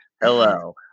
Hello